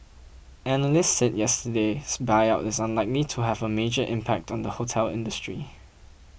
analysts said yesterday's buyout is unlikely to have a major impact on the hotel industry